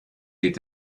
geht